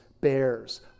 bears